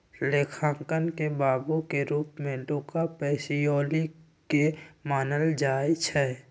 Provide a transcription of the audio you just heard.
लेखांकन के बाबू के रूप में लुका पैसिओली के मानल जाइ छइ